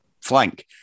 flank